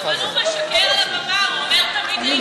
אבל הוא משקר, הוא אומר: תמיד הייתי כאן.